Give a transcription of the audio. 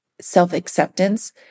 self-acceptance